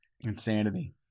Insanity